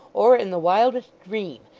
or in the wildest dream,